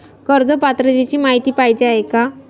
कर्ज पात्रतेची माहिती पाहिजे आहे?